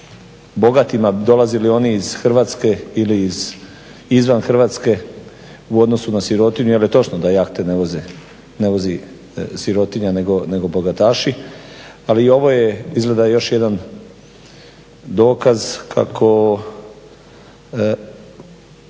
bogatima dolazili oni iz Hrvatske ili izvan Hrvatske u odnosu na sirotinju jer je točno da jahte ne vozi sirotinja nego bogataši, ali ovo je izgledaj još jedan dokaz kako